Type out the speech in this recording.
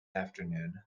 afternoon